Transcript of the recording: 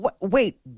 wait